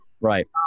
right